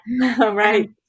Right